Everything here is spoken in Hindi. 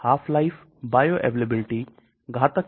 कल हमने इसका परिचय दिया था